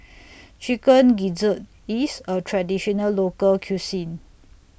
Chicken Gizzard IS A Traditional Local Cuisine